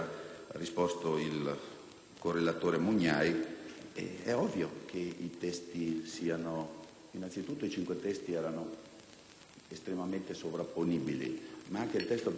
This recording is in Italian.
il correlatore Mugnai. Innanzitutto i cinque testi erano estremamente sovrapponibili, ma anche il testo presentato dal Governo, trattandosi del recepimento di una norma